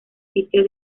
sitio